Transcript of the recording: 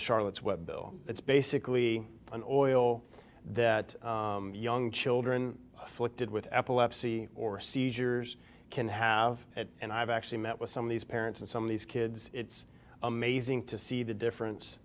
charlotte's web bill it's basically an oil that young children flick did with epilepsy or seizures can have and i've actually met with some of these parents and some of these kids it's amazing to see the difference